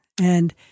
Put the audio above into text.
And-